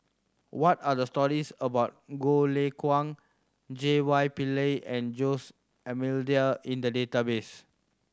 what are the stories about Goh Lay Kuan J Y Pillay and Jose Almeida in the database